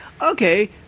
okay